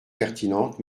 pertinente